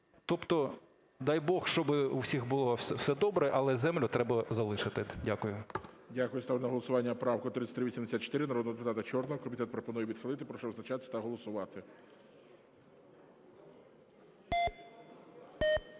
Тобто, дай Бог, щоб у всіх було все добре, але землю треба залишити. Дякую. ГОЛОВУЮЧИЙ. Дякую. Ставлю на голосування 3384 народного депутата Чорного. Комітет пропонує відхилив. Прошу визначатись та голосувати.